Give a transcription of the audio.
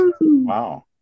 Wow